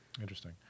interesting